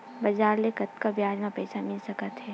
बजार ले कतका ब्याज म पईसा मिल सकत हे?